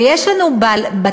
ויש לנו בתי-חולים,